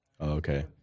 Okay